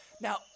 Now